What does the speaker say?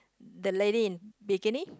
the lady in bikini